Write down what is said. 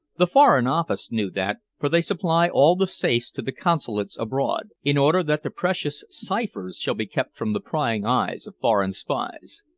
the foreign office knew that, for they supply all the safes to the consulates abroad, in order that the precious ciphers shall be kept from the prying eyes of foreign spies.